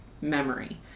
memory